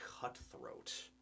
cutthroat